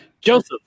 Joseph